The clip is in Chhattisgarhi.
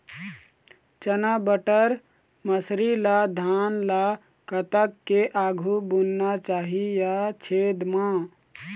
चना बटर मसरी ला धान ला कतक के आघु बुनना चाही या छेद मां?